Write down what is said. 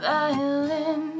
Violin